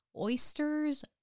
Oysters